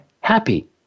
happy